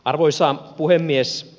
arvoisa puhemies